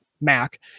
Mac